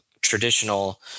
traditional